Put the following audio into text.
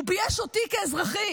הוא בייש אותי כאזרחית.